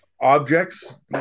objects